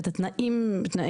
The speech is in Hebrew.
את התנאים.